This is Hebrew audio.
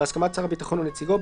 בהסכמת שר הביטחון או נציגו,